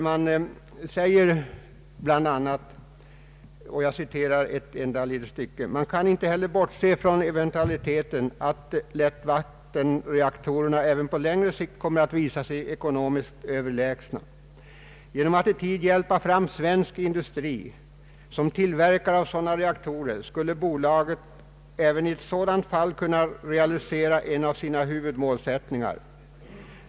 I skrivelsen anfördes bl.a.: ”Man kan inte heller bortse från eventualiteten att lättvattenreaktorerna även på längre sikt kommer att visa sig ekonomiskt överlägsna. Genom att i tid hjälpa fram svensk industri som tillverkare av sådana reaktorer skulle Bolaget även i ett sådant fall kunna realisera en av sina huvudmålsättningar.